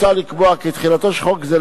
מוצע לקבוע כי תחילתו של חוק זה,